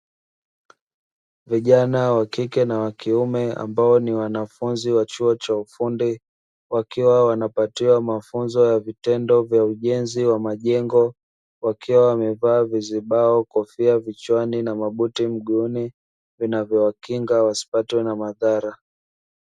Vijana wa kike na wa kiume ambao ni wanafunzi wa chuo cha ufundi, wakiwa wanapatiwa mafunzo ya vitendo vya ujenzi wa majengo wakiwa wamevaa vizibao, kofia vichwani na mabuti mguuni vinavyowakinga wasipatwe na madhara.